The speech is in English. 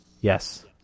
Yes